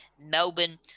Melbourne